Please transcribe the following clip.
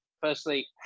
firstly